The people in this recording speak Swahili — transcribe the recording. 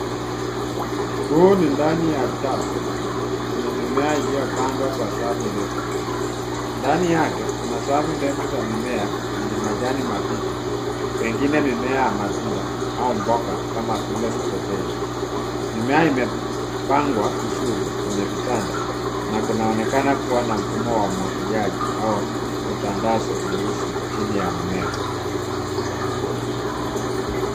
Huu ni ndani ya chafu, yenye mimea iliyopandwa kwa safu ndefu. Ndani yake kuna safu ndefu za mimea, yenye majani mabichi, pengine mimea ya matunda au mboga kama vile straw berry . Mimea imepangwa vizuri kwenye vitanda na kunaonekana kuwa na mfumo wa umwagiliaji au matandazo meusi chini ya mimea.